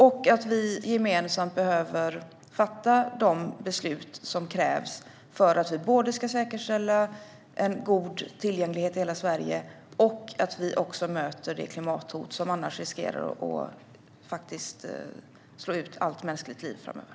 Vi behöver gemensamt fatta de beslut som krävs för att vi både ska säkerställa en god tillgänglighet i hela Sverige och bemöta det klimathot som annars riskerar att slå ut allt mänskligt hot framöver.